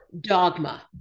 dogma